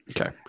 okay